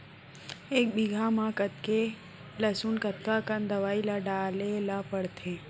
एक बीघा में कतेक लहसुन कतका कन दवई ल डाले ल पड़थे?